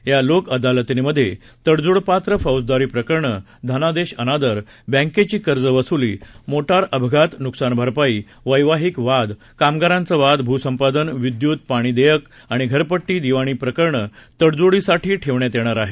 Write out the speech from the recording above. या लोक अदालतीमध्ये तडजोडपात्र फौजदारी प्रकरणं धनादेश अनादर बॅंकेची कर्ज वसुली मोटार अपघात नुकसान भरपाई वैवाहिक वाद कामगारांच वाद भूसंपादन विद्यूत पाणी देयक आणि घरपट्टी दिवाणी प्रकरणं तडजोडीसाठी ठेवण्यात येणार आहेत